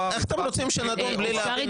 איך אתה רוצה שנדון בזה כשהחוקים לא לפנינו?